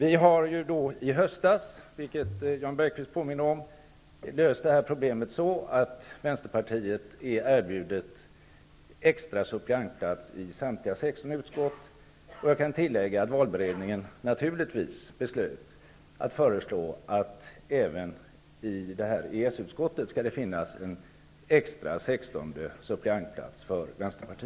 I höstes löstes problemet så -- vilket Jan Bergqvist påminde om -- att Vänsterpartiet erbjöds extra suppleantplats i samtliga 16 utskott. Naturligtvis beslöt valberedningen att föreslå att det även i